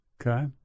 Okay